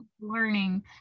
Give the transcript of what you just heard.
learning